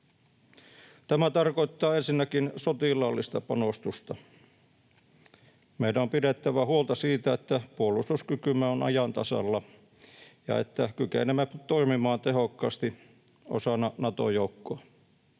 Tämä tarkoittaa ensinnäkin sotilaallista panostusta. Meidän on pidettävä huolta siitä, että puolustuskykymme on ajan tasalla ja että kykenemme toimimaan tehokkaasti osana Nato-joukkoa.